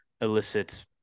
elicit